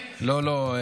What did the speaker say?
לא, לא,